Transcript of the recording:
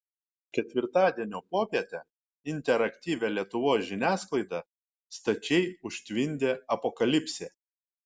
ketvirtadienio popietę interaktyvią lietuvos žiniasklaidą stačiai užtvindė apokalipsė